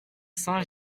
saint